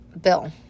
bill